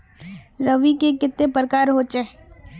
रवि के कते प्रकार होचे?